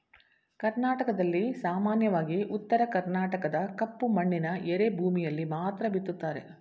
ಕರ್ನಾಟಕದಲ್ಲಿ ಸಾಮಾನ್ಯವಾಗಿ ಉತ್ತರ ಕರ್ಣಾಟಕದ ಕಪ್ಪು ಮಣ್ಣಿನ ಎರೆಭೂಮಿಯಲ್ಲಿ ಮಾತ್ರ ಬಿತ್ತುತ್ತಾರೆ